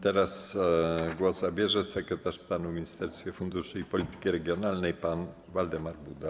Teraz głos zabierze sekretarz stanu w Ministerstwie Funduszy i Polityki Regionalnej pan Waldemar Buda.